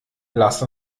lass